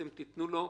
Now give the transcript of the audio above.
אתם תתנו לו,